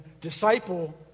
disciple